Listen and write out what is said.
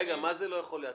רגע, מה זה לא יכול לאתר?